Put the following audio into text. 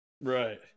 right